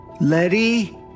Letty